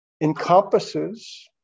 encompasses